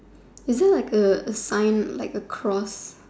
it just like a sign like a cross